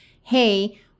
hey